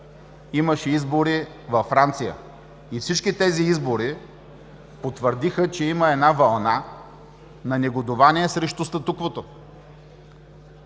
имаше избори във Франция. И всички тези избори потвърдиха, че има една вълна на негодувание срещу статуквото